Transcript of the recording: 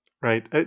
right